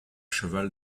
cheval